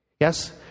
Yes